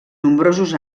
nombrosos